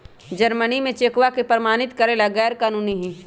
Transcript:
Germany में चेकवा के प्रमाणित करे ला गैर कानूनी हई